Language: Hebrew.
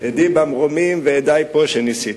עדי במרומים ועדי פה שניסיתי.